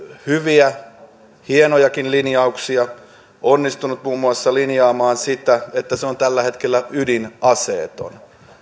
hyviä hienojakin linjauksia onnistunut muun muassa linjaamaan sitä että se on tällä hetkellä ydinaseeton